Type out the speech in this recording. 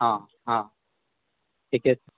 हँ हँ ठीके छै